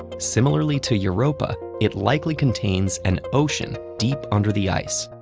similarly to europa, it likely contains an ocean deep under the ice.